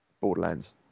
Borderlands